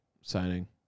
signing